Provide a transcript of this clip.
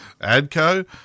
ADCO